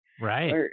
Right